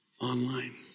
online